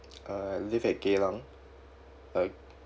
uh live at geylang uh